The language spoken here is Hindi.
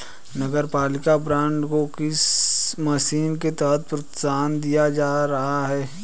नगरपालिका बॉन्ड को किस मिशन के तहत प्रोत्साहन दिया जा रहा है?